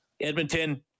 Edmonton